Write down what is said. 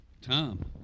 Tom